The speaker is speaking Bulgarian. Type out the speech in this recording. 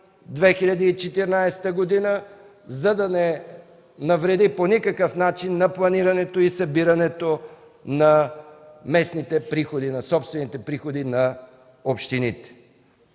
2014 г., за да не навреди по никакъв начин на планирането и събирането на местните собствени приходи на общините.